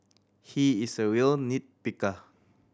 he is a real nit picker